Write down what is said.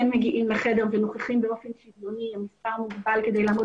מגיעים לחדר ונוכחים באופן פיזי מספר מוגדל כדי לעמוד